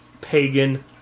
Pagan